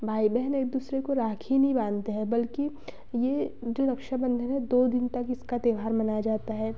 भाई बहन एक दूसरे को राखी नहीं बाँधते हैं बल्कि यह जो रक्षाबंधन है दो दिन तक इसका त्योहार मनाया जाता है